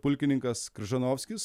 pulkininkas kryžanovskis